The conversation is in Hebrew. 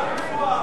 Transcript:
גפני,